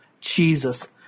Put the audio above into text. Jesus